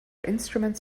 instruments